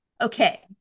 okay